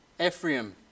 Ephraim